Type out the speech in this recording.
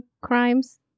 crimes